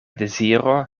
deziro